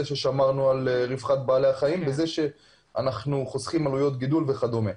ששמרנו על רווחת בעלי החיים בכך שנחסוך עלויות גידול וכדומה.